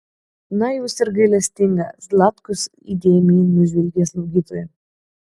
na jūs ir gailestinga zlatkus įdėmiai nužvelgė slaugytoją